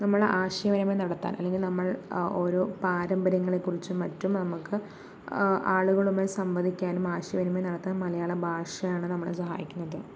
നമ്മൾ ആശയ വിനിമയം നടത്താൻ അല്ലെങ്കിൽ നമ്മൾ ഒരോ പാരമ്പര്യങ്ങളെക്കുറിച്ചും മറ്റും നമുക്ക് ആളുകളുമായി സംവദിക്കാനും ആശയ വിനിമയം നടത്താനും മലയാളം ഭാഷയാണ് നമ്മളെ സഹായിക്കുന്നത്